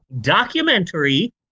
documentary